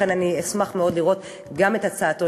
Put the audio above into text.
לכן אני אשמח מאוד לראות גם את הצעתו